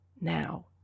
now